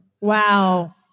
Wow